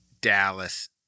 Dallas